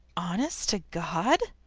honest to god?